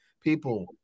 people